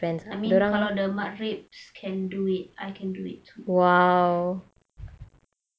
I mean kalau the mat reaps can do it I can do it too